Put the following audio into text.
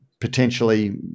potentially